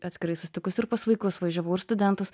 atskirai susitikus ir pas vaikus važiavau ir studentus